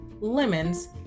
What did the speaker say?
Lemons